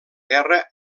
guerra